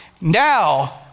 Now